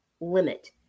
limit